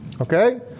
okay